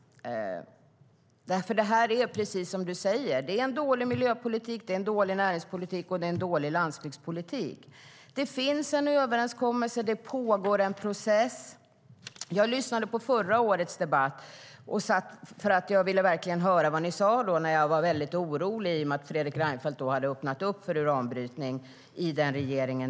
Precis som du säger är det fråga om en dålig miljöpolitik, dålig näringspolitik och dålig landsbygdspolitik. Det finns en överenskommelse, och det pågår en process. Jag lyssnade på förra årets debatt. Jag ville verkligen höra vad ni sa eftersom jag var mycket orolig i och med att Fredrik Reinfeldt hade öppnat för uranbrytning i er regering.